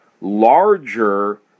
larger